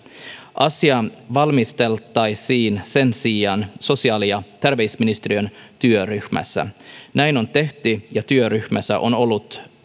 asia valmisteltaisiin sen sijaan sosiaali ja terveysministeriön työryhmässä näin on tehty ja työryhmässä on ollut